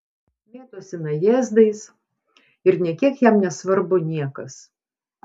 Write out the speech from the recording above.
mėtosi najėzdais ir nė kiek jam nesvarbu niekas